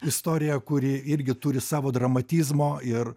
istoriją kuri irgi turi savo dramatizmo ir